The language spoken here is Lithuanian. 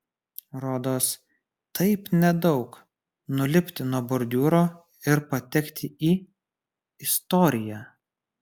rodos taip nedaug nulipti nuo bordiūro ir patekti į istoriją